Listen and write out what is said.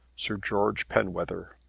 sir george penwether.